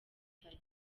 butare